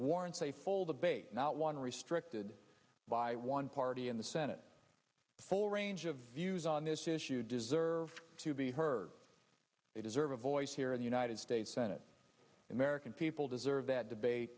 a full debate not one restricted by one party in the senate full range of views on this issue deserve to be heard they deserve a voice here in the united states senate american people deserve that debate